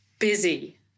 Busy